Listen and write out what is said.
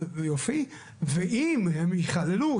ואם הם יכללו,